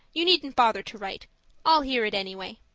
you needn't bother to write i'll hear it anyway.